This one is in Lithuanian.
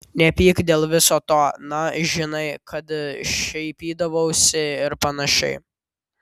nepyk dėl viso to na žinai kad šaipydavausi ir panašiai